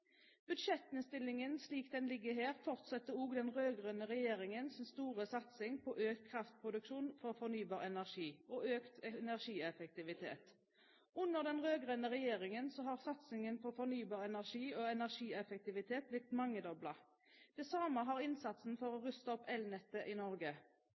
Budsjettinnstillingen, slik den ligger her, fortsetter også den rød-grønne regjeringens store satsing på økt kraftproduksjon fra fornybar energi og økt energieffektivitet. Under den rød-grønne regjeringen har satsingen på fornybar energi og energieffektivitet blitt mangedoblet. Det samme har innsatsen for å ruste opp elnettet i Norge.